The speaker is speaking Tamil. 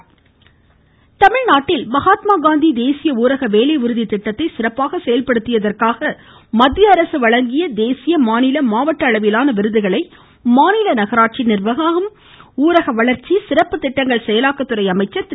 வேலுமணி தமிழ்நாட்டில் மகாத்மா காந்தி தேசிய ஊரக வேலை உறுதி திட்டத்தை சிறப்பாக செயல்படுத்தியதற்காக மத்திய அரசு வழங்கிய தேசிய மாநில மாவட்ட அளவிலான விருதுகளை மாநில நகராட்சி நிர்வாகம் ஊரக வளர்ச்சி சிறப்பு திட்டங்கள் செயலாக்கத்துறை அமைச்சா் திரு